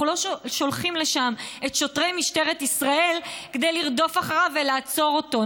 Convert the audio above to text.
אנחנו לא שולחים לשם את שוטרי משטרת ישראל כדי לרדוף אחריו ולעצור אותו,